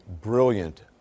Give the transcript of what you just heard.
brilliant